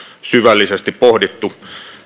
syvällisesti pohdittu